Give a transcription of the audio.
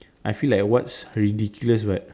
I feel like what's ridiculous but